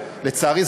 לצערי,